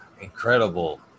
incredible